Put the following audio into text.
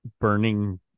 burning